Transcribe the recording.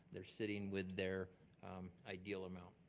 they're sitting with their ideal amount.